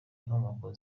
inkomoko